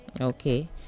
Okay